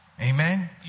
Amen